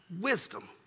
wisdom